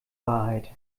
wahrheit